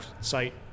site